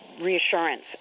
reassurance